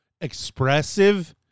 expressive